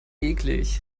eklig